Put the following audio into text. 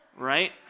Right